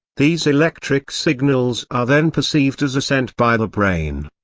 these electric signals are then perceived as a scent by the brain.